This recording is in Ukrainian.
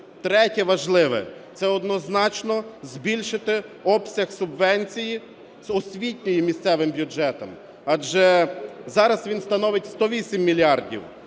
Третє важливе – це однозначно збільшувати обсяг субвенції освітньої місцевим бюджетам. Адже зараз він становить 108 мільярдів,